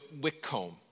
Wickcomb